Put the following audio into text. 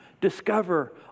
discover